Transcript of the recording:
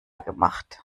gemacht